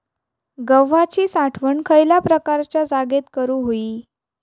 गव्हाची साठवण खयल्या प्रकारच्या जागेत करू होई?